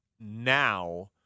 now